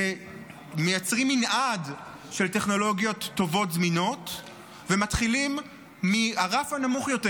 זה שמייצרים מנעד של טכנולוגיות טובות זמינות ומתחילים מהרף הנמוך יותר: